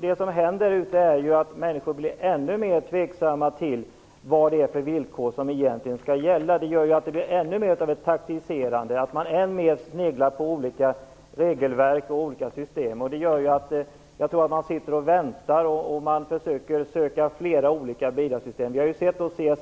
Det som händer är ju att människor blir ännu mer tveksamma till vad det är för villkor som gäller - det blir ännu mer av taktiserande. Det resulterar i att man än mer sneglar på olika regelverk och system. Man sitter och väntar och försöker söka bidrag via flera olika bidragssystem.